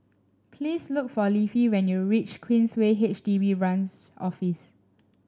please look for Leafy when you reach Queensway H D B Branch Office